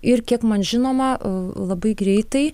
ir kiek man žinoma labai greitai